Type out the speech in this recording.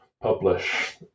publish